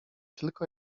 tylko